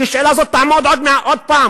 כי השאלה הזאת תעמוד עוד פעם,